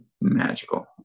magical